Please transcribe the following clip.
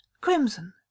crimson